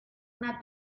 una